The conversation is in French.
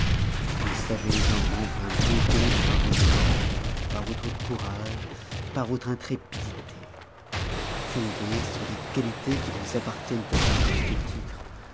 vous savez en rendre un bon compte par votre ardeur par votre courage par votre intrépidité fondé sur des qualités qui vous appartiennent à si juste titre